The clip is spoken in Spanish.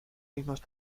mismos